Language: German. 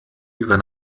über